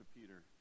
Peter